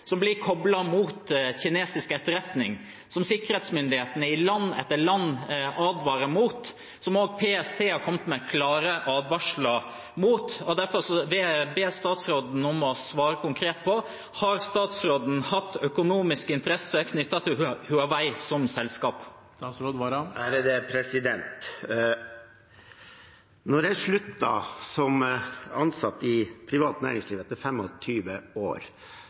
som blir koblet mot kinesisk etterretning, som sikkerhetsmyndighetene i land etter land advarer mot, og som også PST har kommet med klare advarsler mot. Derfor vil jeg be statsråden om å svare konkret på: Har statsråden hatt økonomiske interesser knyttet til Huawei som selskap? Da jeg sluttet som ansatt i det private næringslivet etter 25 år, avviklet jeg